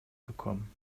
bekommen